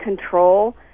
control